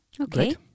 Okay